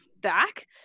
back